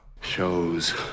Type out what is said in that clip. Shows